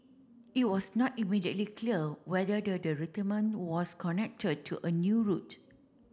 it was not immediately clear whether the was connected to a new route